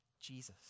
Jesus